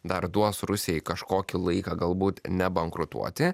dar duos rusijai kažkokį laiką galbūt nebankrutuoti